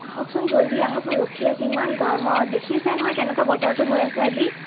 আহকচোন জল্ডি আহক মই ৰখি আছোঁ ইমান গৰমত দেখিছে নহয় কেনেকুৱা বতৰটো হৈ আছে আজি